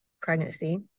pregnancy